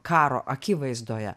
karo akivaizdoje